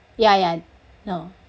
ya ya no